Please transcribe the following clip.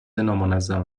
نامنظم